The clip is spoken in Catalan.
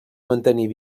mantenir